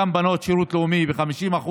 וגם של בנות שירות לאומי ב-50%.